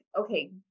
okay